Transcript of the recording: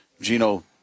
Gino